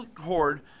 horde